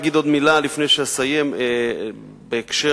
לפני שאסיים אולי אגיד עוד מלה בהקשר